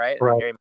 right